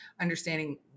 understanding